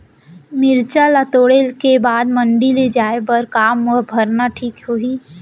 मिरचा ला तोड़े के बाद मंडी ले जाए बर का मा भरना ठीक होही?